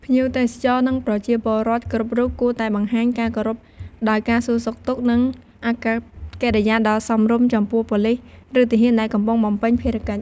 ភ្ញៀវទេសចរណ៍និងប្រជាពលរដ្ឋគ្រប់រូប គួរតែបង្ហាញការគោរពដោយការសួរសុខទុក្ខនិងអាកប្បកិរិយាដ៏សមរម្យចំពោះប៉ូលិស ឬទាហានដែលកំពុងបំពេញភារកិច្ច។